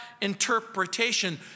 interpretation